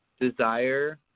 desire